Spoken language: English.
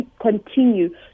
continue